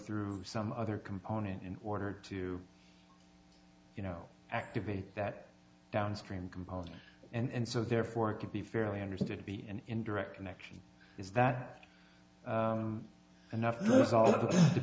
through some other component in order to you know activity that downstream component and so therefore it could be fairly understood to be an indirect connection is that enough most all of the